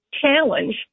challenge